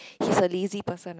he's a lazy person ah